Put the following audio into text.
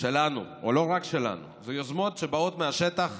לא רק שלנו, אלה יוזמות שבאות מהשטח.